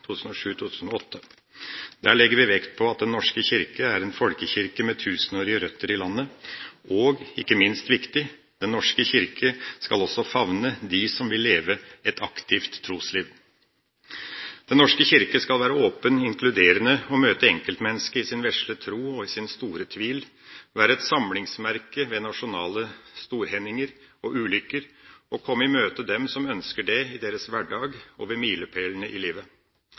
Der legger vi vekt på at Den norske kirke er en folkekirke med tusenårige røtter i landet, og ikke minst viktig er det at Den norske kirke også skal favne dem som vil leve et aktivt trosliv. Den norske kirke skal være åpen, inkluderende og møte enkeltmennesket i sin vesle tro og i sin store tvil, være et samlingsmerke ved nasjonale storhendinger og ulykker, og komme i møte dem som ønsker det i deres hverdag og ved milepælene i livet.